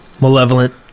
malevolent